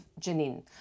Jenin